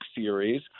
series